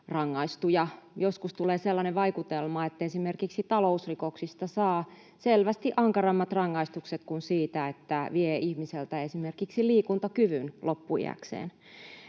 rangaistuja. Joskus tulee sellainen vaikutelma, että esimerkiksi talousrikoksista saa selvästi ankarammat rangaistukset kuin siitä, että vie ihmiseltä esimerkiksi liikuntakyvyn loppuiäksi.